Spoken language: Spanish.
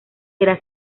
era